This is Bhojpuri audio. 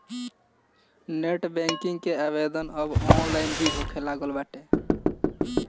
नेट बैंकिंग कअ आवेदन अब ऑनलाइन भी होखे लागल बाटे